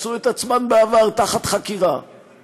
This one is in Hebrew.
מצאו את עצמם בעבר תחת חקירה,